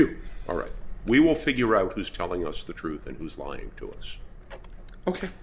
or we will figure out who's telling us the truth and who's lying to us ok